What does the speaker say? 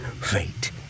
Fate